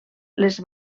les